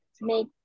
make